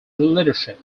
leadership